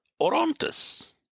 Orontes